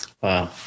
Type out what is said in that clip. Wow